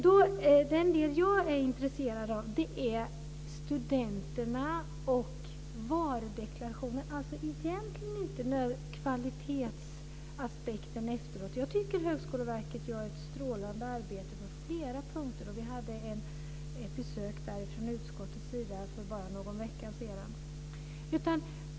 Den del jag är intresserad av är studenterna och varudeklarationen, egentligen inte nödvändigtvis kvalitetsaspekten efteråt. Jag tycker att Högskoleverket gör ett strålande arbete på flera punkter. Vi gjorde ett besök där från utskottets sida för bara någon vecka sedan.